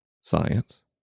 science